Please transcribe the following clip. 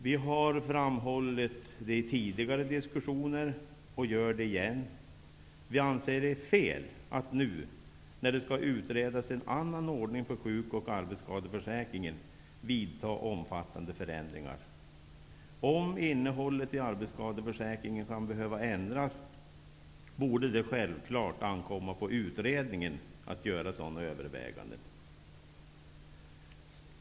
Vi har i tidigare diskussioner framhållit och gör det igen: Vi anser det vara fel att nu, när det skall utredas en annan ordning för sjuk och arbetsskadeförsäkringen, vidta omfattande förändringar. Om innehållet i arbetsskadeförsäkringen kan behöva ändras, borde det självklart ankomma på utredningen att göra sådana överväganden.